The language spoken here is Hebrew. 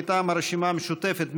מטעם הרשימה המשותפת,